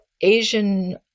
Asian